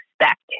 expect